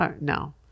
No